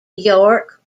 york